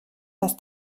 dass